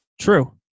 True